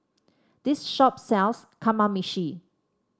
this shop sells Kamameshi